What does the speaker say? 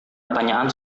pertanyaan